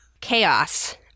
Chaos